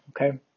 Okay